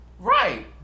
Right